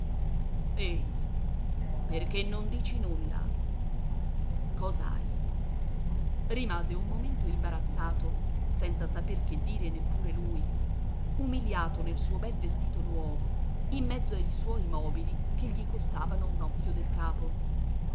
perchè non dici nulla cos'hai rimase un momento imbarazzato senza saper che dire neppure lui umiliato nel suo bel vestito nuovo in mezzo ai suoi mobili che gli costavano un occhio del capo